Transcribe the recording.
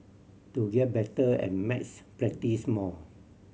to get better at maths practise more